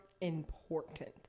important